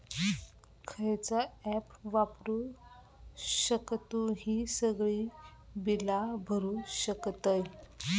खयचा ऍप वापरू शकतू ही सगळी बीला भरु शकतय?